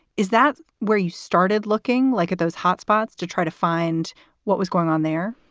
is that where you started looking like at those hotspots to try to find what was going on there?